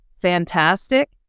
fantastic